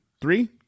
Three